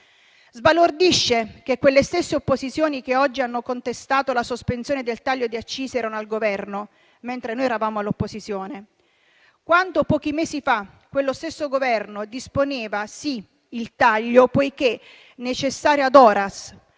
Sbalordisce che quelle stesse opposizioni che oggi hanno contestato la sospensione del taglio di accise erano al Governo mentre noi eravamo all'opposizione quando, pochi mesi fa, quello stesso Governo disponeva, sì, il taglio poiché necessario *ad horas*,